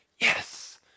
Yes